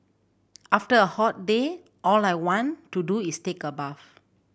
after a hot day all I want to do is take a bath